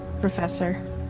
Professor